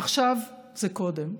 עכשיו זה קודם.